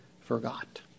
forgot